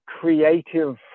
creative